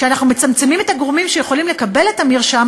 כשאנחנו מצמצמים את מספר הגורמים שיכולים לקבל את המרשם,